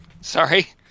Sorry